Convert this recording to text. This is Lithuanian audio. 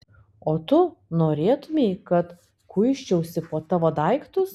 o tu norėtumei kad kuisčiausi po tavo daiktus